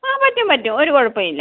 ആ പറ്റും പറ്റും ഒരു കുഴപ്പവും ഇല്ല